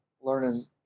learning